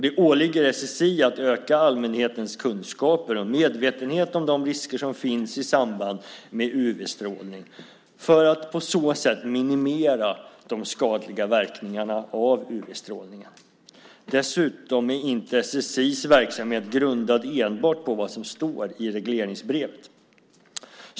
Det åligger SSI att öka allmänhetens kunskaper och medvetenhet om de risker som finns i samband med UV-strålning för att på så sätt minimera de skadliga verkningarna av UV-strålningen. Dessutom är inte SSI:s verksamhet grundad enbart på vad som står i regleringsbrevet.